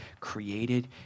created